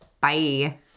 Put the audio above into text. Bye